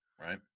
right